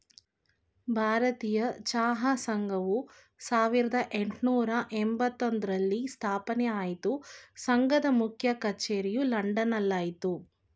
ಭಾರತೀಯ ಚಹಾ ಸಂಘವು ಸಾವಿರ್ದ ಯೆಂಟ್ನೂರ ಎಂಬತ್ತೊಂದ್ರಲ್ಲಿ ಸ್ಥಾಪನೆ ಆಯ್ತು ಸಂಘದ ಮುಖ್ಯ ಕಚೇರಿಯು ಲಂಡನ್ ನಲ್ಲಯ್ತೆ